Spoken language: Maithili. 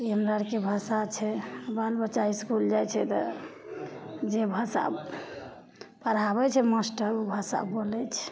ई हमरा अरके भाषा छै बाल बच्चा इसकुल जाइ छै तऽ जे भाषा पढ़ाबय छै मास्टर उ भाषा बोलय छै